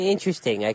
Interesting